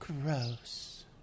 Gross